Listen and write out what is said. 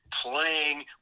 playing